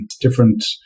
different